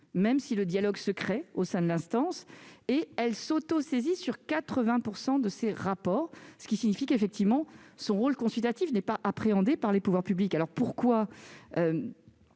même si le dialogue se crée au sein de l'instance. Je rappelle qu'elle s'autosaisit sur 80 % de ses rapports, ce qui signifie bien que son rôle consultatif n'est pas appréhendé par les pouvoirs publics. Pourquoi ?